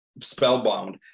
spellbound